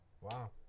Wow